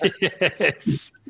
Yes